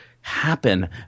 happen